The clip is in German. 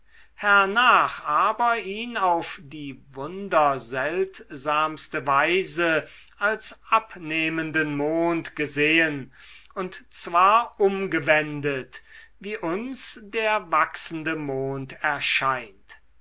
hernach aber ihn auf die wunderseltsamste weise als abnehmenden mond gesehen und zwar umgewendet wie uns der wachsende mond erscheint